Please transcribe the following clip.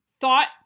thought